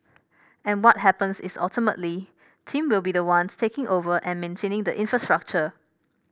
and what happens is ultimately team will be the ones taking over and maintaining the infrastructure